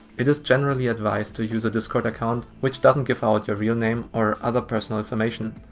it is generally advised to use a discord account which doesn't give out your real name or other personal information.